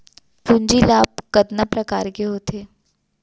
पूंजी लाभ कतना प्रकार के होथे?